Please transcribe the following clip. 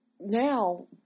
now